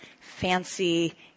fancy